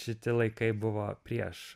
šiti laikai buvo prieš